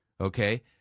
okay